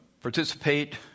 participate